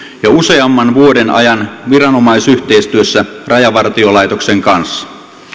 jo useamman vuoden ajan viranomaisyhteistyössä rajavar tiolaitoksen kanssa